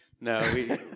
No